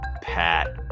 pat